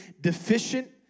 deficient